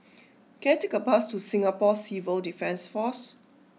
can I take a bus to Singapore Civil Defence Force